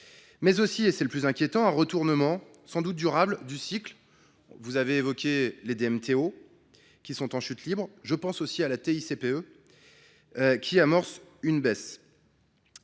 mais aussi – c’est le plus inquiétant – à un retournement, sans doute durable, du cycle. Vous avez évoqué les DMTO, qui sont en chute libre. Je pense aussi à la taxe intérieure de